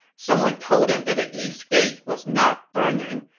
someone told them that the east gate was not burning,